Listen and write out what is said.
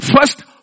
First